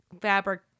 fabric